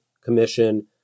commission